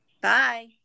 bye